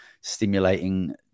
stimulating